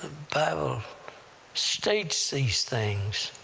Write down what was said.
bible states these things,